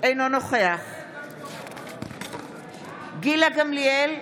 אינו נוכח גילה גמליאל,